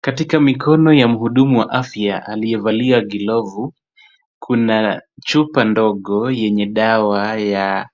Katika mikono ya mhudumu wa afya aliyevalia glavu, kuna chupa ndogo yenye dawa ya